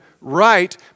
right